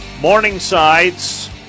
Morningside's